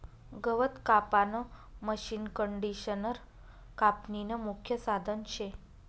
गवत कापानं मशीनकंडिशनर कापनीनं मुख्य साधन शे